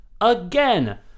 Again